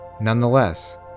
Nonetheless